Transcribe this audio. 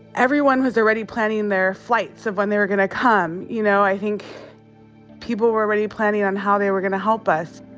everyone was already planning their flights of when they were gonna come, you know. i think people were already planning on how they were gonna help us.